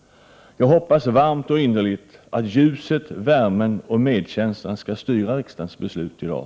Jag hoppas varmt och innerligt att ljuset, värmen och medkänslan skall styra riksdagens beslut i dag.